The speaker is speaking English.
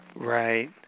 Right